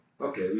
Okay